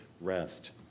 rest